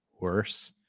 worse